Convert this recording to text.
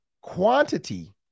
quantity